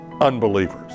unbelievers